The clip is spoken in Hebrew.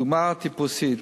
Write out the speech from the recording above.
דוגמה טיפוסית,